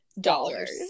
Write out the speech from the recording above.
dollars